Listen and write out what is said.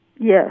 Yes